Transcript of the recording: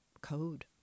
code